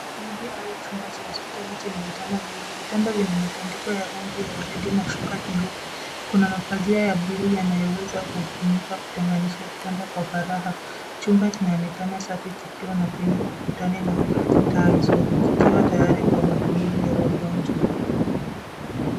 Ukumbi au chumba cha hospitali chenye vitanda viwili .Vitanda vina matandiko ya rangi ya waridi na shuka nyeupe. Kuna mapazia ya bluu yanayoweza kutumika kutenganisha chumba kwa faragha. Chumba kinaonekana safi kikiwa na pini ukutani na taa nzuri. Kikiwa tayari kwa matumizi ya wagonjwa.